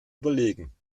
überlegen